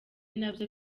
nabyo